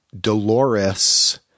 Dolores